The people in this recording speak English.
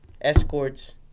escorts